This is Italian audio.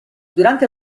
durante